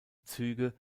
züge